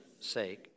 sake